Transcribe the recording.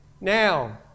Now